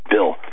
Bill